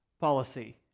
Policy